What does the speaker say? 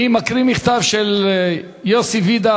אני מקריא מכתב של יוסי ויידה,